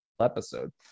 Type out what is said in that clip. episode